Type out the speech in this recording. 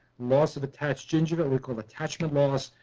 loss of attached gingiva, local attachment loss,